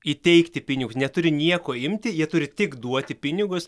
įteikti pinigus neturi nieko imti jie turi tik duoti pinigus